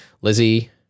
Lizzie